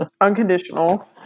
Unconditional